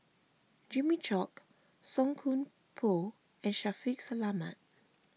Jimmy Chok Song Koon Poh and Shaffiq Selamat